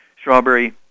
strawberry